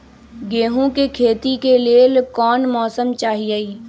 गेंहू के खेती के लेल कोन मौसम चाही अई?